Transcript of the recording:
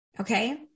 okay